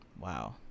wow